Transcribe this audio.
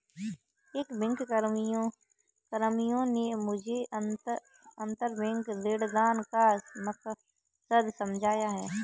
एक बैंककर्मी ने मुझे अंतरबैंक ऋणदान का मकसद समझाया